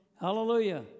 Hallelujah